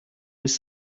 was